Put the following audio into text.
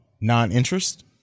non-interest